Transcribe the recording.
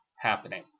happening